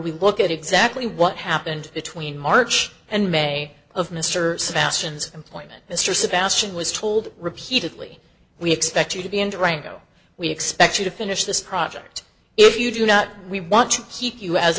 we look at exactly what happened between march and may of mr sebastian's employment mr sebastian was told repeatedly we expect you to be in toronto we expect you to finish this project if you do not we want to keep you as